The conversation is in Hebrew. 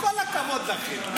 כל הכבוד לכם.